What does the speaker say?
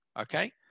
Okay